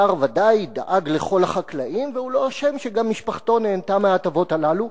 השר ודאי דאג לכל החקלאים והוא לא אשם שגם משפחתו נהנתה מההטבות הללו,